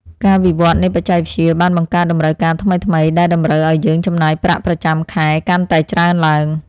ការវិវត្តនៃបច្ចេកវិទ្យាបានបង្កើតតម្រូវការថ្មីៗដែលតម្រូវឱ្យយើងចំណាយប្រាក់ប្រចាំខែកាន់តែច្រើនឡើង។